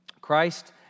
Christ